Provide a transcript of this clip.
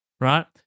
right